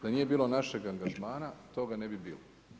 Da nije bilo našeg angažmana toga ne bi bilo.